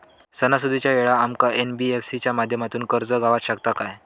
सणासुदीच्या वेळा आमका एन.बी.एफ.सी च्या माध्यमातून कर्ज गावात शकता काय?